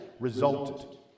resulted